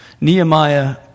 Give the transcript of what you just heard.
Nehemiah